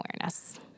awareness